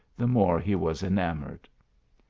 the more he was enamoured.